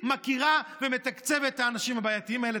מכירה ומתקצבת את האנשים הבעייתיים האלה.